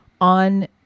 on